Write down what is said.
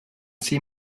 see